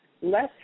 less